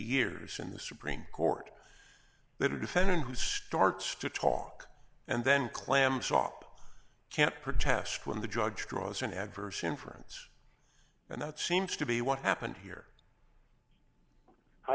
years in the supreme court that a defendant starts to talk and then clam shop can't protest when the judge draws an adverse inference and that seems to be what happened here i